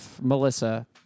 Melissa